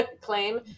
claim